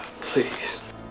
please